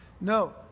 No